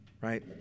right